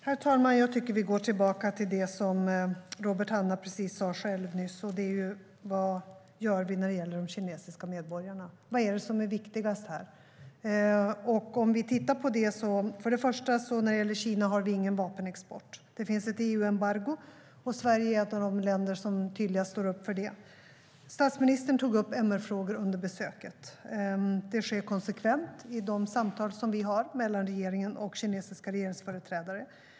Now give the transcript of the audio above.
Herr talman! Jag tycker att vi går tillbaka till det som Robert Hannah sa själv nyss: Vad gör vi när det gäller de kinesiska medborgarna? Vad är det som är viktigast här? Först och främst: När det gäller Kina har vi ingen vapenexport. Det finns ett EU-embargo, och Sverige är ett av de länder som tydligast står upp för det. Statsministern tog upp MR-frågor under besöket. Det sker konsekvent i de samtal som vi har mellan regeringen och kinesiska regeringsföreträdare.